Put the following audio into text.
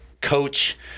coach